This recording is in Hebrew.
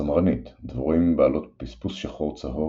צמרנית – דבורים בעלות פספוס שחור-צהוב,